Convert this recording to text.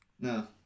No